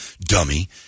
dummy